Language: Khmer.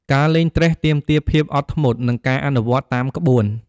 ការលេងត្រេះទាមទារភាពអត់ធ្មត់ និងការអនុវត្តតាមក្បួន។